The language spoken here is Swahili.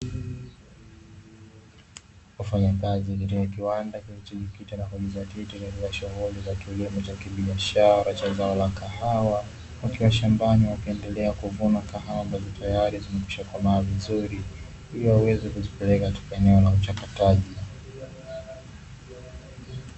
Wafanyakazi katika kiwanda kilichojikita na kujidhatiti katika shughuli za kilimo cha kibiashara cha zao la kahawa, wakiwa shambani wakiendelea kuvuna kahawa ambazo tayari zimekwisha komaa vizuri, ili waweze kuzipeleka katika eneo la uchakataji.